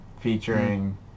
featuring